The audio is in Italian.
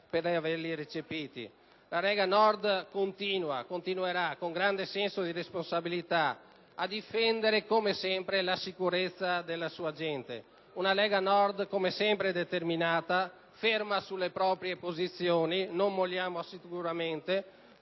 per averli recepiti. La Lega Nord continua e continuerà con grande senso di responsabilità a difendere come sempre la sicurezza della sua gente. Una Lega come sempre determinata, ferma sulle proprie posizioni (non molliamo sicuramente),